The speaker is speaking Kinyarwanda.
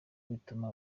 bituma